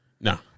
No